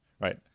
right